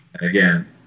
again